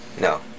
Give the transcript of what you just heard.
No